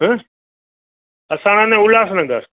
हं असां हेन उल्हासनगर